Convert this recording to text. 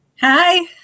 hi